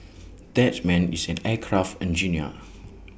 that man is an aircraft engineer